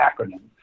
acronym